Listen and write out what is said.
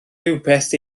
rhywbeth